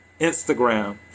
Instagram